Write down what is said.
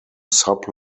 sub